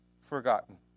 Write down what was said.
forgotten